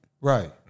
Right